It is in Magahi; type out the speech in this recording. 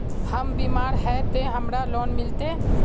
हम बीमार है ते हमरा लोन मिलते?